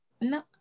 No